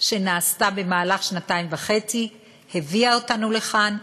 שנעשתה במהלך השנתיים וחצי הביאה אותנו לכאן,